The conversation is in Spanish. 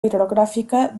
hidrográfica